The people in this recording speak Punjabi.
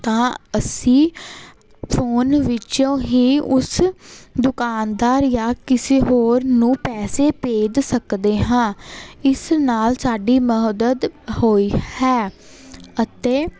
ਤਾਂ ਅਸੀਂ ਫ਼ੋਨ ਵਿੱਚੋਂ ਹੀ ਉਸ ਦੁਕਾਨਦਾਰ ਜਾਂ ਕਿਸੇ ਹੋਰ ਨੂੰ ਪੈਸੇ ਭੇਜ ਸਕਦੇ ਹਾਂ ਇਸ ਨਾਲ਼ ਸਾਡੀ ਮਦਦ ਹੋਈ ਹੈ ਅਤੇ